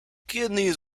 kidneys